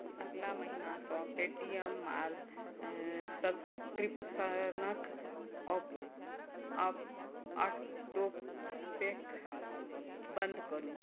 अगला महिनासँ Paytm mall सब्सक्रिप्सनक अप ऑटोपेक बन्द करू